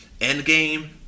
Endgame